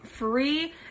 Free